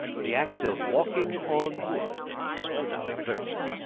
the act of walking on wood without exertion.